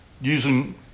using